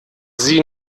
sie